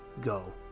go